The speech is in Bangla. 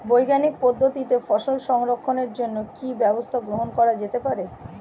বৈজ্ঞানিক পদ্ধতিতে ফসল সংরক্ষণের জন্য কি ব্যবস্থা গ্রহণ করা যেতে পারে?